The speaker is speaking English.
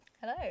Hello